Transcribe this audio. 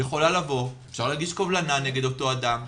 יכולה לבוא ולהגיש קובלנה נגד אותו אדם,